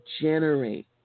generate